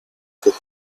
good